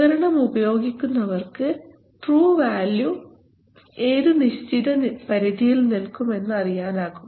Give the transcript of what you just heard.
ഉപകരണം ഉപയോഗിക്കുന്നവർക്ക് true value ഏത് നിശ്ചിത പരിധിയിൽ നിൽക്കുമെന്ന് അറിയാനാകും